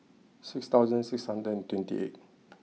six thousand six hundred twenty eight